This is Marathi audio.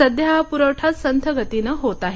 सध्या हा पुरवठा संथ गतीने होत आहे